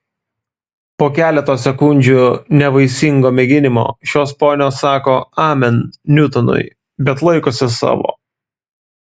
po keleto sekundžių nevaisingo mėginimo šios ponios sako amen niutonui bet laikosi savo